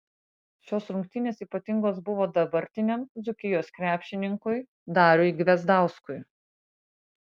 šios rungtynės ypatingos buvo dabartiniam dzūkijos krepšininkui dariui gvezdauskui